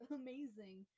amazing